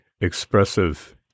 expressive